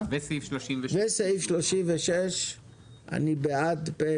הצבעה אושר התוספת החמש עשרה וסעיף 36 אושרו פה אחד.